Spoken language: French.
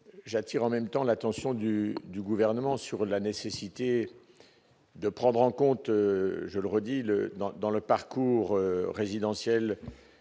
j'attire en même temps l'attention du Gouvernement sur la nécessité de prendre en compte, dans le parcours résidentiel